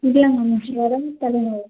ಇಲ್ಲ ಮ್ಯಾಮ್ ಶ್ ಜ್ವರ ತಲೆನೋವು